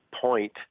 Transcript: point